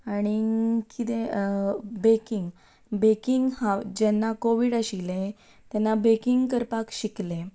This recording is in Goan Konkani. आनी कितें बेकिंग बेकींग हांव जेन्ना कोवीड आशिल्लें तेन्ना बेकींग करपाक शिकलें